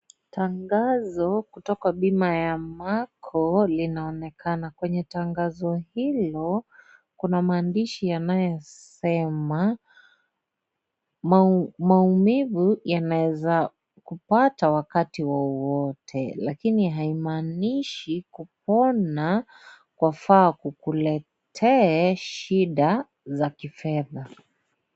Tangazo kutoka bima ya Amacco linaonekana, kwenye tangazo hilo kuna maandishi yanayosema maumivu yanaweza kupata wakati wowote lakini haimanishi kupona wafaa kukuletee shida za kifedha.